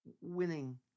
winning